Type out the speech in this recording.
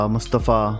Mustafa